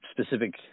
specific